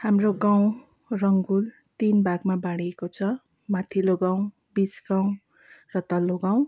हाम्रो गाउँ रङ्बुल तिन भागमा बाँडिएको छ माथिल्लो गाउँ बिच गाउँ र तल्लो गाउँ